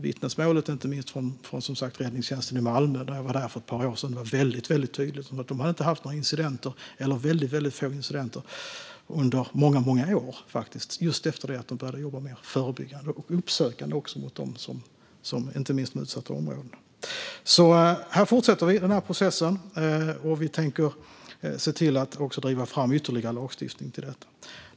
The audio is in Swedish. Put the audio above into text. Vittnesmålet inte minst från räddningstjänsten i Malmö, där jag var för ett par år sedan, var väldigt tydligt. De hade haft väldigt få incidenter under många år efter det att de började jobba mer förebyggande och uppsökande i de utsatta områdena. Vi fortsätter den här processen, och vi tänker driva fram ytterligare lagstiftning.